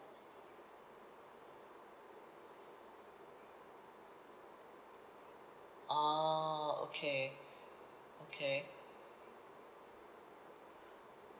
orh okay okay